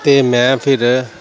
ਅਤੇ ਮੈਂ ਫਿਰ